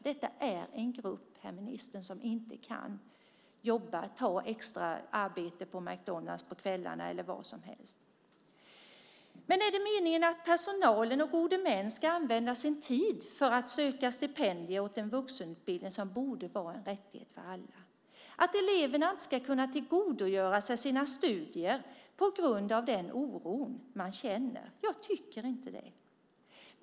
Detta är en grupp, herr minister, som inte kan ta extra arbete på McDonalds på kvällarna eller vad som helst. Är det meningen att personal och gode män ska använda sin tid till att söka stipendier åt en vuxenutbildning som borde vara en rättighet för alla och att eleverna inte ska kunna tillgodogöra sig sina studier på grund av den oro de känner? Jag tycker inte det.